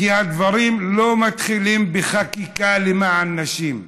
כי הדברים לא מתחילים בחקיקה למען נשים.